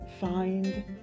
Find